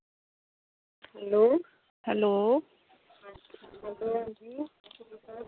hello hello